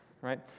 right